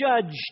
judged